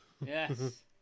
Yes